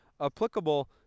applicable